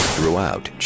Throughout